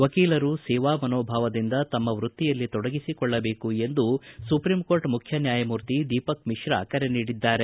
ವಕೀಲರು ಸೇವಾ ಮನೋಭಾವದಿಂದ ತಮ್ಮ ವೃತ್ತಿಯಲ್ಲಿ ತೊಡಗಿಸಿಕೊಳ್ಳದೇಕು ಎಂದು ಸುಪ್ರೀಂಕೋರ್ಟ್ ಮುಖ್ಯ ನ್ಯಾಯಮೂರ್ತಿ ದೀಪಕ್ ಮಿಶ್ರಾ ಕರೆ ನೀಡಿದ್ದಾರೆ